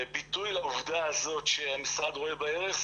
ביטוי לעובדה הזאת שהמשרד רואה בה ערך,